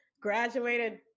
graduated